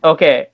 Okay